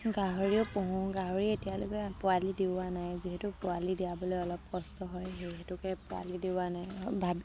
গাহৰিও পোহো গাহৰি এতিয়ালৈকে পোৱালি দিওৱা নাই যিহেতু পোৱালি দিয়াবলৈ অলপ কষ্ট হয় সেইহেঁতুকে পোৱালি দিওৱা নাই ভাবি